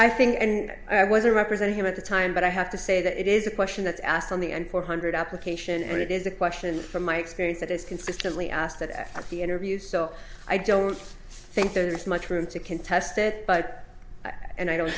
i think and i was representing him at the time but i have to say that it is a question that's asked on the end four hundred application and it is a question from my experience that is consistently asked at the interview so i don't think there's much room to contest it but i